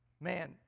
man